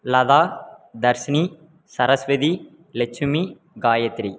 Latha Dharshini Saraswathi Lakshmi Gayatri